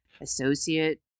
associate